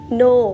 no